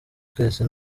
twese